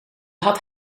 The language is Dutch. had